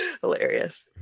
Hilarious